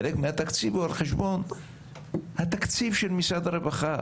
חלק מהתקציב הוא על חשבון התקציב של משרד הרווחה.